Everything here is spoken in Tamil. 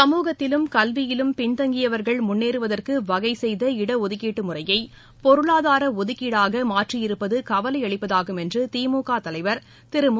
சமூகத்திலும் கல்வியிலும் பின்தங்கியவர்கள் முன்னேறுவதற்கு வகை செய்த இடஒதுக்கீடு முறையை பொருளாதார இடஒதுக்கீடாக மாற்றியிருப்பது கவலையளிப்பதாகும் என்று திமுக தலைவர் திரு மு